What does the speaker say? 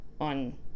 on